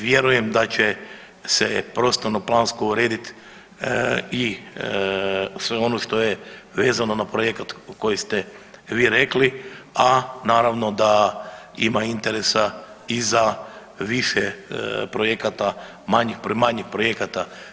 Vjerujem da će se prostorno-plansko urediti i sve ono što je vezano na projekat koji ste vi rekli, a naravno da ima interesa i za više projekata, manjih projekata.